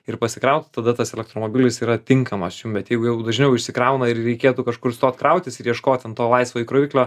ir pasikrauti tada tas elektromobilis yra tinkamas jum bet jeigu jau dažniau išsikrauna ir reikėtų kažkur stot krautis ir ieškot ten to laisvo įkroviklio